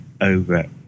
over